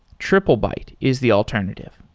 triplebyte is the alternative.